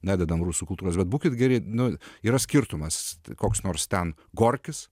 nededam rusų kultūros bet būkit geri nu yra skirtumas koks nors ten gorkis